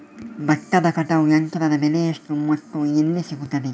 ಭತ್ತದ ಕಟಾವು ಯಂತ್ರದ ಬೆಲೆ ಎಷ್ಟು ಮತ್ತು ಎಲ್ಲಿ ಸಿಗುತ್ತದೆ?